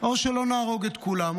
או שלא נהרוג את כולם,